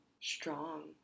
strong